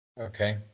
Okay